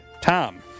Tom